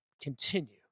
continue